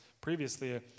previously